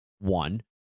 One